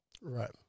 Right